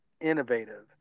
innovative